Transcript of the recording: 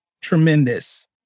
tremendous